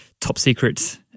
top-secret